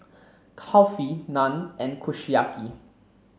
Kulfi Naan and Kushiyaki